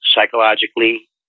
psychologically